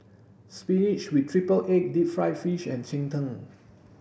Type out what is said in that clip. spinach with triple egg deep fried fish and cheng tng